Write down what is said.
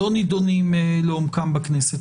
שלא נידונים לעומקם בכנסת.